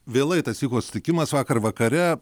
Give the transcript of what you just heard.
vėlai tas vyko susitikimas vakar vakare